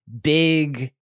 big